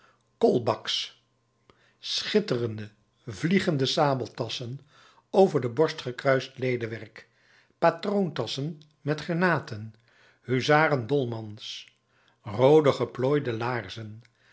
kolbaks schitterende vliegende sabeltasschen over de borst gekruist lederwerk patroontasschen met grenaten huzaren dolmans roode geplooide laarzen